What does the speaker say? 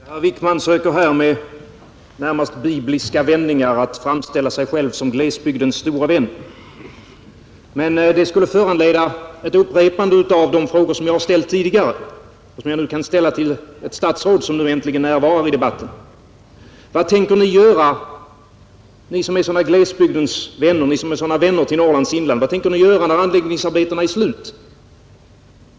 Herr talman! Herr Wickman söker här med närmast bibliska vändningar att framställa sig själv som glesbygdens store vän. Det föranleder ett upprepande av de frågor som jag har ställt tidigare och nu kan ställa till ett statsråd, som äntligen är närvarande i debatten: Vad tänker ni göra, ni som är sådana glesbygdens vänner, ni som är sådana vänner till Norrlands inland, vad tänker ni göra när anläggningsarbetena är slut?